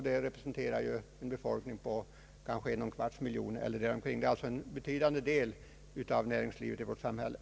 Det motsvarar en befolkning på omkring en och en kvarts miljon män niskor. Det gäller alltså en betydande del av vårt näringsliv.